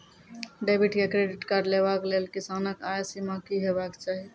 Debit या credit card लेवाक लेल किसानक आय सीमा की हेवाक चाही?